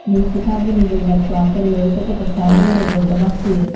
នេះជាការវិនិយោគដោយផ្ទាល់ទៅលើ បេតិកភណ្ឌរស់រវើក របស់ជាតិ។